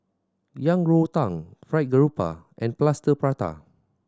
Yang Rou Tang Fried Garoupa and Plaster Prata